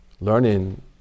learning